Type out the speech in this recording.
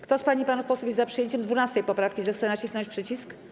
Kto z pań i panów posłów jest za przyjęciem 12. poprawki, zechce nacisnąć przycisk.